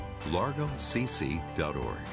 largocc.org